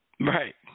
Right